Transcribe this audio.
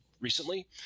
recently